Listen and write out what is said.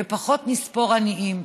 נספור פחות עניים.